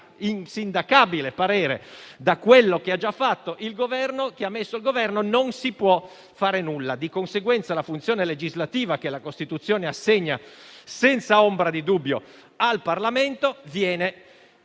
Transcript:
insindacabile parere da quello che ha già inserito il Governo, non si può fare nulla. Di conseguenza, la funzione legislativa che la Costituzione assegna senza ombra di dubbio al Parlamento viene